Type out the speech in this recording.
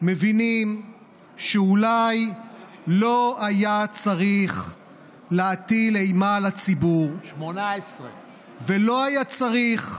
מבינים שאולי לא היה צריך להטיל אימה על הציבור ולא היה צריך